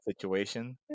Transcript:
situation